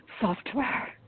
software